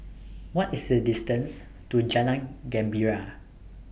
What IS The distance to Jalan Gembira